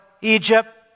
Egypt